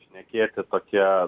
šnekėti kokie